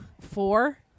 Four